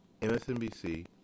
MSNBC